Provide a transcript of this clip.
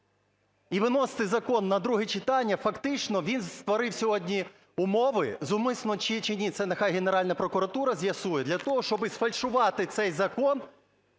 і виносити закон на друге читання, фактично він створив сьогодні умови, зумисно чи ні, це нехай Генеральна прокуратура з'ясує, для того, щоби сфальшувати цей закон